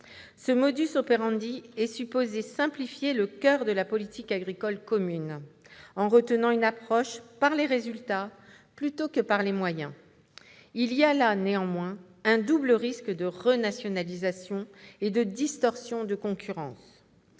Commission. Ce est supposé simplifier le coeur de la politique agricole commune en retenant une approche par les résultats plutôt que par les moyens. Il présente néanmoins un double risque de « renationalisation » et de distorsion de concurrence.